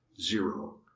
Zero